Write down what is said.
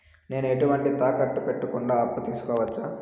నేను ఎటువంటి తాకట్టు పెట్టకుండా అప్పు తీసుకోవచ్చా?